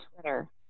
Twitter